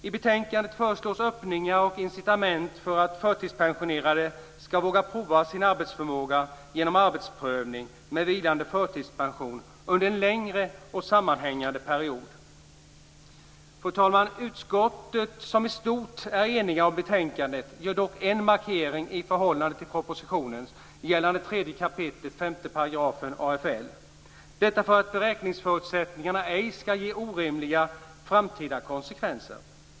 I betänkandet föreslås öppningar och incitament för att förtidspensionerade ska våga prova sin arbetsförmåga genom arbetsprövning med vilande förtidspension under en längre och sammanhängande period. Fru talman! Utskottet, som i stort är enigt om betänkandet, gör dock en markering i förhållande till propositionen gällande 3 kap. 5 § AFL, detta för att beräkningsförutsättningarna ej ska ge orimliga framtida konsekvenser.